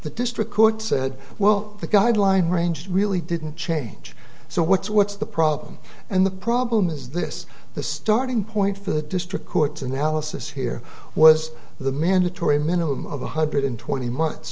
the district court said well the guideline range really didn't change so what's what's the problem and the problem is this the starting point for the district court's analysis here was the mandatory minimum of one hundred twenty months